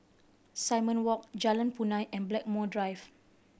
Simon Walk Jalan Punai and Blackmore Drive